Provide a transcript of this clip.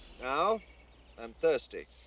now i'm thirsty.